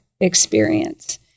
experience